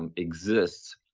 um exists,